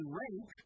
rank